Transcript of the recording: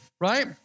right